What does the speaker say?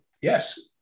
Yes